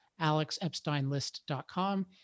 alexepsteinlist.com